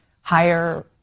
higher